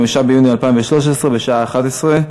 הצעת החוק